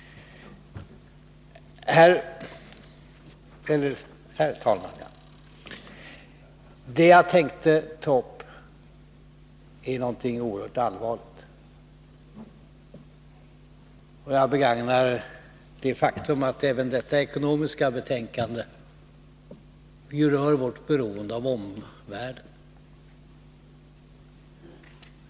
Herr talman! Det jag nu tänkte ta upp är någonting oerhört allvarligt, och jag gör det med stöd av det faktum att även detta betänkande om de ekonomiska riktlinjerna ju berör vårt beroende av omvärlden.